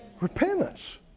Repentance